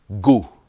go